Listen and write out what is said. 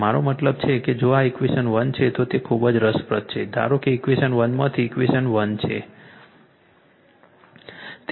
મારો મતલબ છે કે જો આ ઇક્વેશન 1 છે તો તે ખૂબ જ રસપ્રદ છે ધારો કે ઇક્વેશન 1 માંથી ઇક્વેશન 1 છે